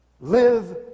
Live